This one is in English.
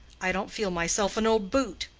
i don't feel myself an old boot.